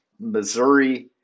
Missouri